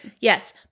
Yes